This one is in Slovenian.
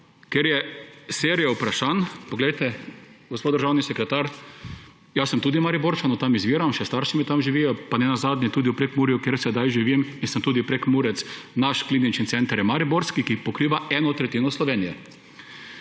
ker je serija vprašanj. Gospod državni sekretar, jaz sem tudi Mariborčan, od tam izviram, še starši tam živijo, pa nenazadnje tudi v Prekmurju, kjer sedaj živim, in sem tudi Prekmurec; naš klinični center je mariborski, ki pokriva eno tretjino Slovenije.